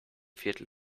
viertel